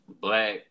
Black